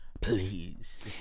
please